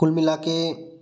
कुल मिलाके